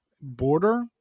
border